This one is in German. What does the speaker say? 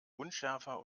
unschärfer